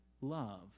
love